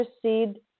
proceed